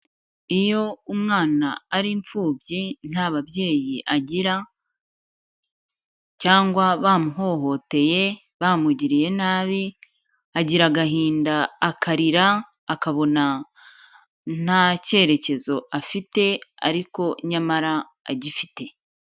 Iyo umwana ari imfubyi, nta babyeyi agira cyangwa bamuhohoteye, bamugiriye nabi, agira agahinda akarira, akabona nta cyerekezo afite ariko nyamara agifite.